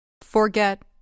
Forget